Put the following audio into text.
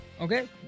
Okay